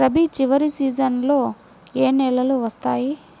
రబీ చివరి సీజన్లో ఏ నెలలు వస్తాయి?